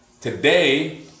Today